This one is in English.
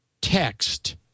text